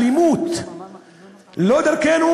האלימות לא דרכנו.